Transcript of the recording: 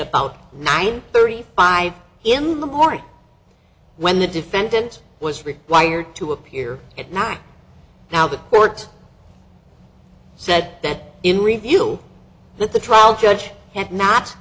about nine thirty five in the morning when the defendant was required to appear at night now the court said that in review that the trial judge had not